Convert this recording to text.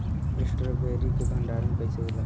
Strawberry के भंडारन कइसे होला?